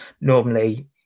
normally